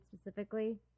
specifically